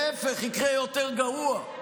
להפך, יקרה יותר גרוע.